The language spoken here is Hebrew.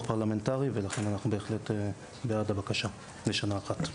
פרלמנטרי ולכן אנחנו בהחלט בעד הבקשה לשנה אחת.